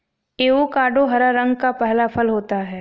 avocado हरा रंग का फल होता है